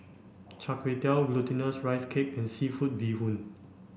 Char Kway Teow glutinous rice cake and seafood bee hoon